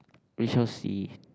we shall see